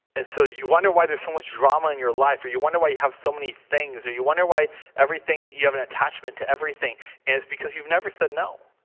and so you wonder why there's so much drama in your life or you wonder why you have so many things or you wonder why everything you have an attachment to everything and it's because you've never said no.